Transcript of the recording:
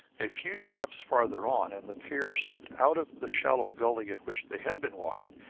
a few steps farther on, and the pair stepped out of the shallow gully in which they had been walking.